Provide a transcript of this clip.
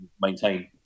maintain